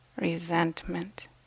resentment